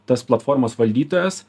tas platformos valdytojas